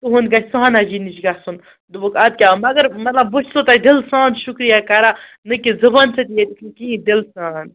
تُہُنٛد گژھِ سُہاناجی نِش گَژھُن دوٚپُکھ اَدٕ کیٛاہ مگر مطلب بہٕ چھَسو تۄہہِ دِل سان شُکریہ کَران نہَ کہِ زُبانہِ سۭتۍ ییٚتہِ نہٕ کِہیٖنٛۍ دِلہٕ سان